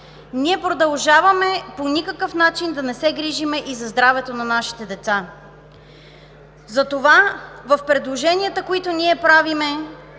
ние продължаваме по никакъв начин да не се грижим и за здравето на нашите деца. Затова в предложенията, които правим,